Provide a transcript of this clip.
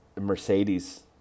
Mercedes